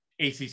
ACC